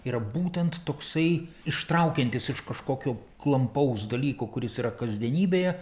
yra būtent toksai ištraukiantis iš kažkokio klampaus dalyko kuris yra kasdienybėje